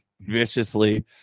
viciously